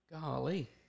Golly